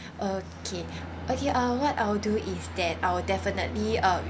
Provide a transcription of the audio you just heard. okay okay I'll what I'll do is that I'll definitely uh